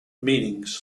meanings